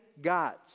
gods